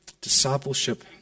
Discipleship